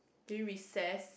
during recess